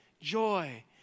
joy